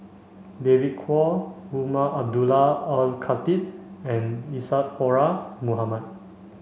David Kwo Umar Abdullah Al Khatib and Isadhora Mohamed